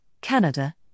Canada